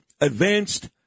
Advanced